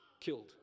killed